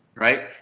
right?